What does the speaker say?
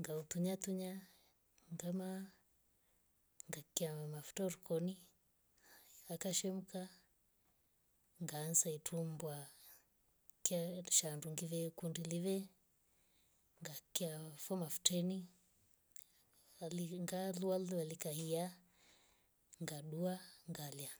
ngautunyatunya ngama. ngatia mafuta rikoni ekashemka ngaanza etumbwa keyetu shandungi vee kundilive. ngakiya fu mafteni alihi ngalualwe alikahiya ngadua ngalya.